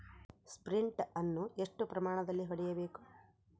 Sprint ಅನ್ನು ಎಷ್ಟು ಪ್ರಮಾಣದಲ್ಲಿ ಹೊಡೆಯಬೇಕು?